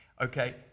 okay